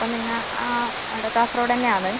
അപ്പോൾ നിങ്ങൾ ആ അവിടെ കാസഗോഡ് തന്നെ ആണ്